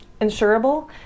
insurable